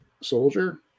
Soldier